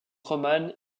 romane